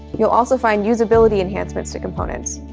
you'll also find usability enhancements to components.